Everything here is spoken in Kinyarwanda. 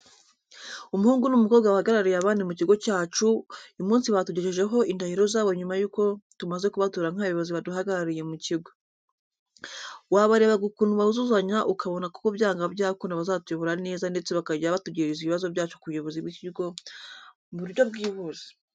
Umuhungu n'umukobwa bahagarariye abandi mu kigo cyacu, uyu munsi batugejejeho indahiro zabo nyuma yuko tumaze kubatora nk'abayobozi baduhagarariye mu kigo. Wabarebaga ukuntu buzuzanya ukabona ko byanga byakunda bazatuyobora neza ndetse bakajya batugereza ibibazo byacu ku bayobozi b'ikigo mu buryo bwihuse.